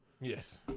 yes